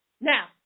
Now